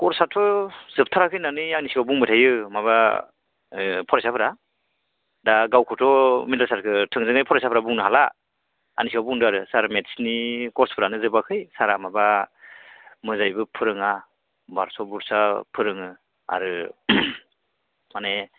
कर्सआथ' जोबथाराखै होननानै आंनि सिगाङाव बुंबाय थायो माबा फरायसाफोरा दा गावखौथ' मेनदेला सारखौ थोंजोङै फरायसाफोरा बुंनो हाला आंनि सिगाङाव बुंदों आरो सार मेथ्सनि कर्सफ्रानो जोबाखै सारआ माबा मोजाङैबो फोरोङा बारस' बुरसा फोरोङो आरो माने